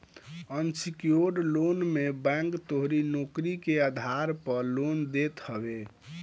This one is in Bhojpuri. अनसिक्योर्ड लोन मे बैंक तोहरी नोकरी के आधार पअ लोन देत हवे